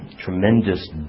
tremendous